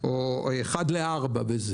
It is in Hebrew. או אחד לארבע.